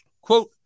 Quote